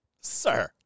Sir